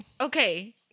Okay